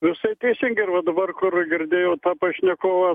visai teisingi ir va dabar kur girdėjau tą pašnekovą